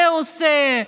זה עושה,